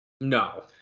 No